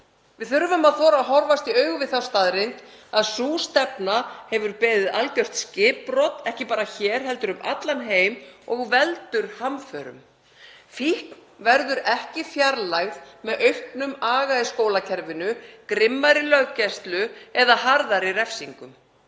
Við þurfum að þora að horfast í augu við þá staðreynd að sú stefna hefur beðið algjört skipbrot, ekki bara hér heldur um allan heim og veldur hamförum. Fíkn verður ekki fjarlægð með auknum aga í skólakerfinu, grimmari löggæslu eða harðari refsingum.